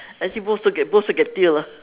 actually both also get both also get tail ah